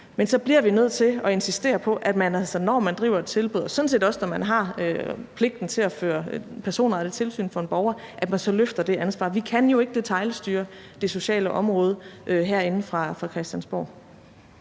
men vi bliver nødt til at insistere på, at man altså, når man driver et tilbud, og sådan set også når man har pligten til at føre personrettet tilsyn for en borger, så løfter det ansvar. Vi kan jo ikke detailstyre det sociale område herinde fra Christiansborg.